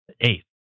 Eighth